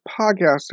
podcast